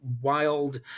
wild